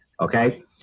Okay